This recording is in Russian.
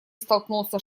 столкнулся